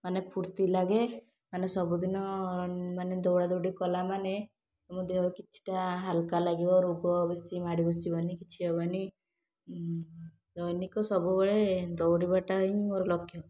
ମାନେ ଫୁର୍ତ୍ତି ଲାଗେ ମାନେ ସବୁଦିନ ମାନେ ଦୌଡ଼ାଦୌଡ଼ି କଲା ମାନେ ଆମ ଦେହ କିଛିଟା ହାଲୁକା ଲାଗିବ ରୁଗ ବେଶୀ ମାଡ଼ି ବସିବନି କିଛି ହେବନି ଦୈନିକ ସବୁବେଳେ ଦୌଡ଼ିବାଟା ହିଁ ମୋର ଲକ୍ଷ